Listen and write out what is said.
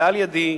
ועל-ידי.